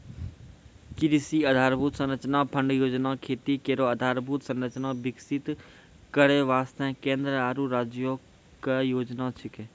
कृषि आधारभूत संरचना फंड योजना खेती केरो आधारभूत संरचना विकसित करै वास्ते केंद्र आरु राज्यो क योजना छिकै